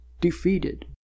defeated